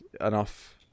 enough